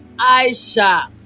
Aisha